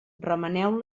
remeneu